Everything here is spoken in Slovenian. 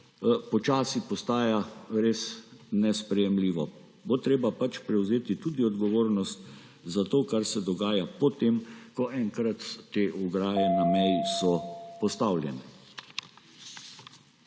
počasi postaja res nesprejemljivo. Bo treba prevzeti tudi odgovornost za to, kar se dogaja po tem, ko so enkrat te ograje na meji postavljene.